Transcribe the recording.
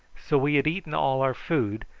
so we had eaten all our food,